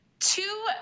Two